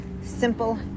simple